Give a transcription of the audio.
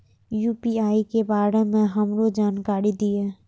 UPI के बारे में हमरो जानकारी दीय?